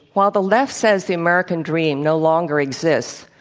while the left says the american dream no longer exists,